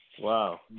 Wow